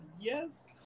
yes